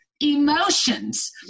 emotions